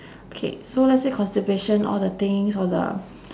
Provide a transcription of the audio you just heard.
K so let's say constipation all the things all the